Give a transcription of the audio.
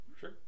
sure